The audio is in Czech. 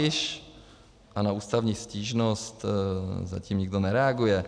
A na ústavní stížnost zatím nikdo nereaguje.